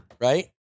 Right